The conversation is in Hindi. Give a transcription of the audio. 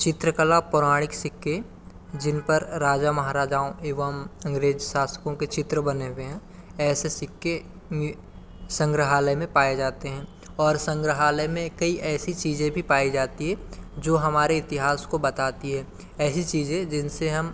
चित्रकला पौराणिक सिक्के जिन पर राजा महाराजाओं एवम् अंग्रेज शासकों के चित्र बने हुए हैं ऐसे सिक्के संग्रहालय में पाए जाते हैं और संग्रहालय में कई ऐसी चीज़ें भी पाई जाती है जो हमारे इतिहास को बताती है ऐसी चीज़ें जिनसे हम